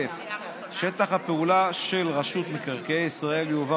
שטח הפעולה של רשות מקרקעי ישראל יועבר